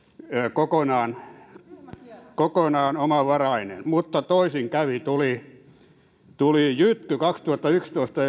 kokonaan kokonaan omavarainen mutta toisin kävi tuli tuli jytky kaksituhattayksitoista